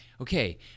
okay